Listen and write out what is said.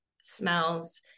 smells